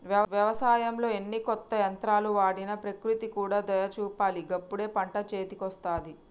వ్యవసాయంలో ఎన్ని కొత్త యంత్రాలు వాడినా ప్రకృతి కూడా దయ చూపాలి గప్పుడే పంట చేతికొస్తది